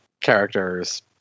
characters